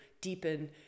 deepen